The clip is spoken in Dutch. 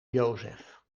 jozef